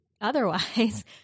otherwise